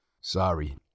Sorry